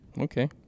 Okay